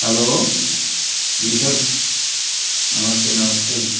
hello ji sir नमस्ते नमस्ते